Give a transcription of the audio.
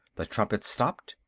the trumpets stopped,